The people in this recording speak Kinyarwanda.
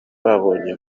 babonye